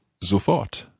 sofort